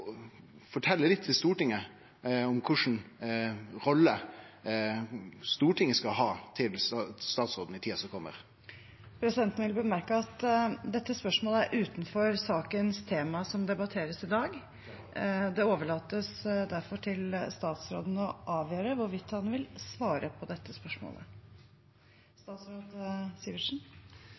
om kva slags rolle Stortinget skal ha til statsråden i tida som kjem. Presidenten vil bemerke at dette spørsmålet er utenfor sakens tema som debatteres i dag. Det overlates derfor til statsråden å avgjøre hvorvidt han vil svare på dette